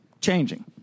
changing